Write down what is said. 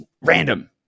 random